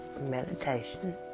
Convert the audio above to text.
meditation